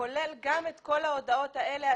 כוללת גם את כל ההודעות האלה,